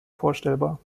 vorstellbar